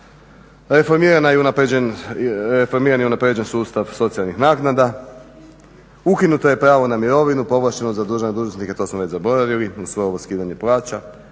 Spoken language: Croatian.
Reformiran je i unaprijeđen sustav socijalnih naknada, ukinuto je pravo na mirovinu povlaštenu za dužnosnike, to smo već zaboravili uz sve ovo skidanje plaća.